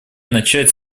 начать